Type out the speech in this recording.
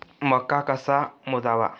मका कसा मोजावा?